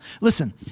Listen